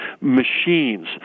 machines